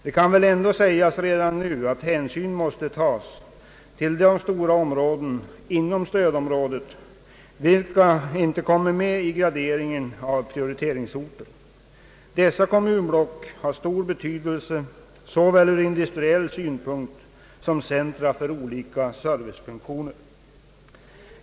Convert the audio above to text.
Det kan dock sägas redan nu att hänsyn måste tas till de stora områden inom stödområdet vilka inte kommer med i graderingen av prioriteringsorter. Dessa kommunblock har stor betydelse både från industriell synpunkt och såsom varande centra för olika servicefunktioner.